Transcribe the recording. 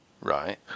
right